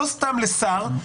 לא סתם לשר,